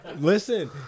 Listen